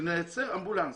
שיוציאו אמבולנס.